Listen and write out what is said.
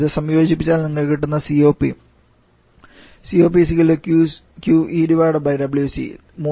ഇത് സംയോജിപ്പിച്ചാൽ നിങ്ങൾക്ക് കിട്ടുന്ന COP 𝐶𝑂𝑃 𝑄𝐸 3